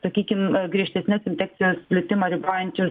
sakykim griežtesnes infekcijos plitimą ribojančias